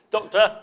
Doctor